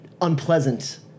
unpleasant